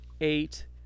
eight